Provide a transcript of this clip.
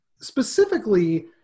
specifically